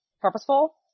purposeful